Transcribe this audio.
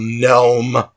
gnome